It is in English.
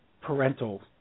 parental